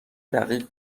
دقیق